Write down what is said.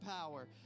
power